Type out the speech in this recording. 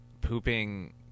pooping